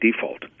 default